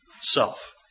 self